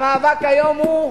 המאבק היום הוא